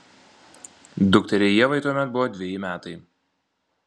dukteriai ievai tuomet buvo dveji metai